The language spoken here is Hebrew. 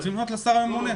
צריך לפנות לשר הממונה.